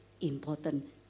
important